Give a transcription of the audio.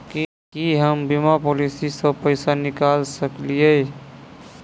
की हम बीमा पॉलिसी सऽ पैसा निकाल सकलिये?